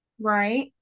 Right